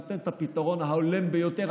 ניתן את הפתרון ההולם ביותר,